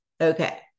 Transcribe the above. Okay